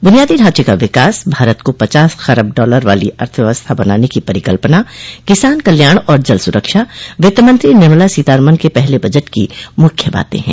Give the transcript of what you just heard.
बुनियादी ढांचे का विकास भारत को पचास खरब डालर वाली अर्थव्यवस्था बनाने की परिकल्पना किसान कल्याण और जल सुरक्षा वित्तमंत्री निर्मला सीताराम के पहले बजट की मुख्य बातें हैं